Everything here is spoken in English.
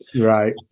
right